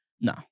No